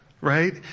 right